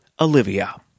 Olivia